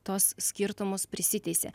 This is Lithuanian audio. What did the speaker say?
tuos skirtumus prisiteisė